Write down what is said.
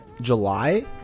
July